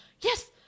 Yes